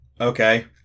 Okay